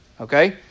okay